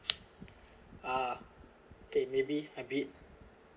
uh okay maybe a bit